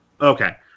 Okay